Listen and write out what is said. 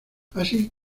así